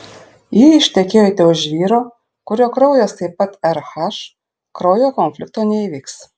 jei ištekėjote už vyro kurio kraujas taip pat rh kraujo konflikto neįvyks